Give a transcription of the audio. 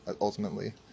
ultimately